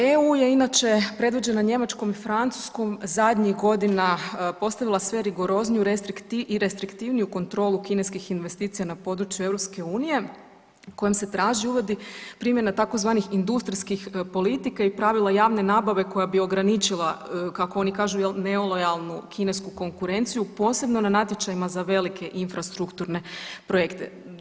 EU je inače predvođena Njemačkom i Francuskom zadnjih godina postavila sve rigorozniju i restriktivniju kontrolu kineskih investicija na području EU kojom se traži uvodi primjena tzv. industrijskih politika i pravila javne nabave koja bi ograničila kako oni kažu jel nelojalnu kinesku konkurenciju posebno na natječajima za velike infrastrukturne projekte.